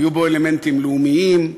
היו בו אלמנטים לאומיים,